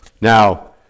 Now